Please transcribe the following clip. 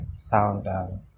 sound